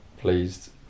pleased